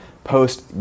post